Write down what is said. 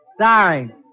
Sorry